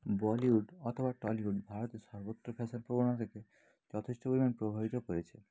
বলিউড অথবা টলিউড ভারতের সর্বত্র ফ্যাশন প্রবণতাকে যথেষ্ট পরিমাণ প্রভাবিত করেছে